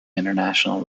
international